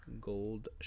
Gold